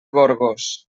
gorgos